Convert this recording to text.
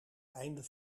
einde